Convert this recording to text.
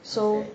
so